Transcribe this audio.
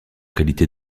qualité